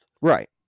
Right